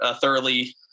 thoroughly